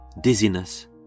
dizziness